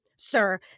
Sir